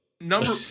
Number